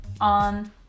on